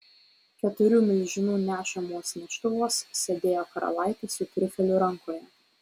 keturių milžinų nešamuos neštuvuos sėdėjo karalaitė su triufeliu rankoje